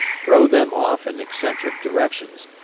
throw them off in eccentric directions,